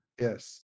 Yes